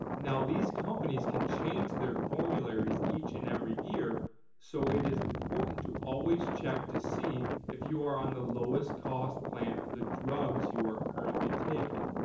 now these companies can change their formularies each and every year so it is important to always check to see if you are on the lowest-cost plan for the drugs you are currently taking.